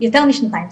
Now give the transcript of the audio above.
יותר משנתיים,